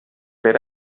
per